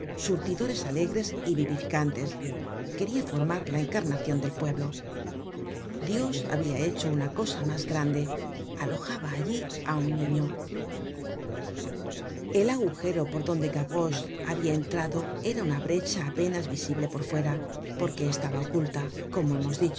surtidores alegres y vivificantes queria formar la encarnacion del pueblo dios habia hecho una cosa mas grande alojaba allí á un niño el agujero por donde gavroche habia entrado era una brecha apenas visible por fuera porque estaba oculta como hemos dicho